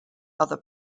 other